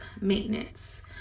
maintenance